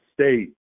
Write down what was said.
state